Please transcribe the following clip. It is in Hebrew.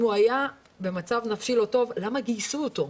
אם הוא היה במצב נפשי לא טוב, למה גייסו אותו?